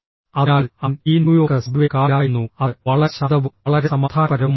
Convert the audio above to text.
അതിനാൽ അവൻ ഈ ന്യൂയോർക്ക് സബ്വേ കാറിലായിരുന്നു അത് വളരെ ശാന്തവും വളരെ സമാധാനപരവുമായിരുന്നു